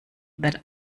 that